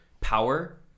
power